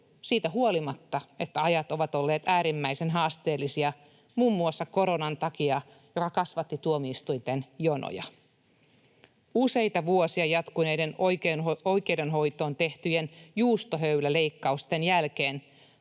siitä huolimatta, että ajat ovat olleet äärimmäisen haasteellisia muun muassa koronan takia, joka kasvatti tuomioistuinten jonoja. Useita vuosia jatkuneiden oikeudenhoitoon tehtyjen juustohöyläleikkausten jälkeen